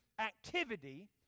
activity